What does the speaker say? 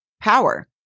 power